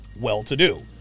well-to-do